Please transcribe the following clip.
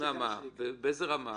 --- משוכנע באיזו רמה?